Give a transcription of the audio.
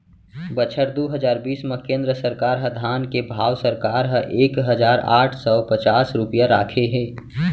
बछर दू हजार बीस म केंद्र सरकार ह धान के भाव सरकार ह एक हजार आठ सव पचास रूपिया राखे हे